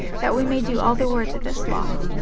that we may do all the words of this law.